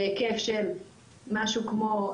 בהיקף של משהו כמו,